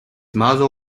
mother